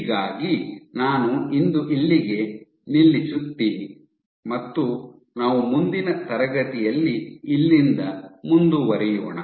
ಹಾಗಾಗಿ ನಾನು ಇಂದು ಇಲ್ಲಿಗೆ ನಿಲ್ಲಿಸುತ್ತೀನಿ ಮತ್ತು ನಾವು ಮುಂದಿನ ತರಗತಿಯಲ್ಲಿ ಇಲ್ಲಿಂದ ಮುಂದುವರಿಯೋಣ